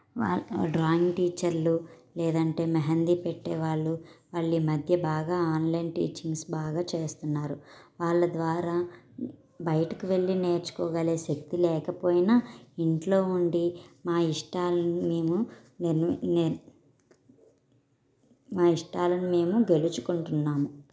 వాళ్ళ డ్రాయింగ్ టీచర్లు లేదంటే మెహందీ పెట్టే వాళ్ళు వాళ్ళీమధ్య బాగా ఆన్లైన్ టీచింగ్స్ బాగా చేస్తున్నారు వాళ్ళ ద్వారా బయటికి వెళ్ళి నేర్చుకోగలే శక్తి లేకపోయినా ఇంట్లో ఉండి మా ఇష్టాలను మేము నేర్వ్ నేర్వ్ మా ఇష్టాలను మేము గెలుచుకుంటున్నాము